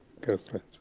girlfriend